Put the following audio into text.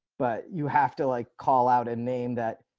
but you have to like call out a name that